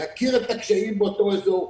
להכיר את הקשיים באותו אזור.